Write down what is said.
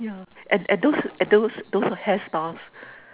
yeah and and those and those those hairstyles